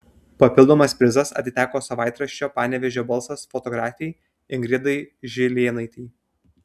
papildomas prizas atiteko savaitraščio panevėžio balsas fotografei ingridai žilėnaitei